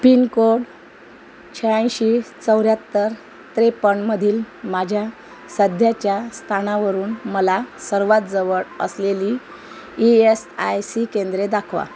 pin code शहाऐंशी चौर्याहत्तर त्रेपन्नमधील माझ्या सध्याच्या स्थानावरून मला सर्वात जवळ असलेली ई एस आय सी केंद्रे दाखवा